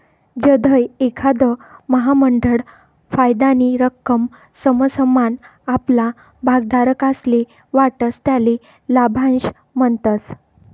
जधय एखांद महामंडळ फायदानी रक्कम समसमान आपला भागधारकस्ले वाटस त्याले लाभांश म्हणतस